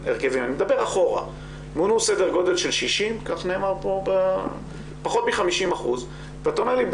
מונו סדר גודל של פחות מ-50% ואתה אומר לי,